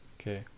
Okay